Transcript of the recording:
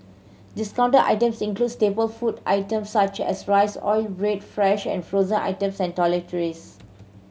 discounted item staple food item such as rice oil bread fresh and frozen and toiletries